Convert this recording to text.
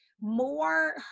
more